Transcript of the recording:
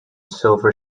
silver